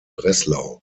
breslau